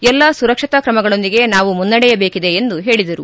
ಎಲ್ಲಾ ಸುರಕ್ಷತಾ ಕ್ರಮಗಳೊಂದಿಗೆ ನಾವು ಮುನ್ನಡೆಯಬೇಕಿದೆ ಎಂದು ಹೇಳಿದರು